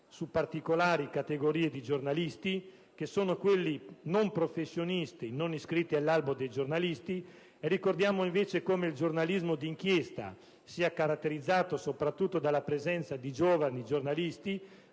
su particolari categorie di giornalisti, che sono quelli non professionisti, non iscritti all'albo dei giornalisti. Ricordiamo, invece, come il giornalismo di inchiesta sia caratterizzato soprattutto dalla presenza di giovani giornalisti,